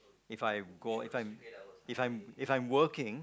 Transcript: If I go if I'm if I'm if I'm working